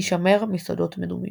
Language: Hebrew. הישמר מסודות מדומים.